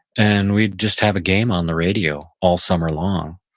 and we'd just have a game on the radio all summer long.